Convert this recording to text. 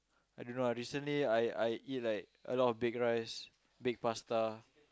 I don't know ah recently I I eat like a lot of baked rice baked pasta